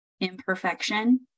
imperfection